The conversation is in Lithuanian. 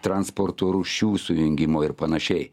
transporto rūšių sujungimo ir panašiai